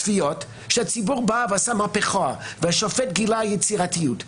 תביעות שהציבור עשה מהפכה, והשופט גילה יצירתיות.